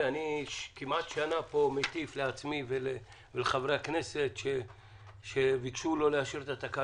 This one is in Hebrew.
כמעט שנה אני מטיף פה לעצמי ולחברי הכנסת ואומר להם: